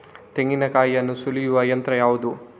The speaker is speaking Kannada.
ತೆಂಗಿನಕಾಯಿಯನ್ನು ಸುಲಿಯುವ ಯಂತ್ರ ಯಾವುದು?